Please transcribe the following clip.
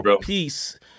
peace